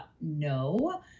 no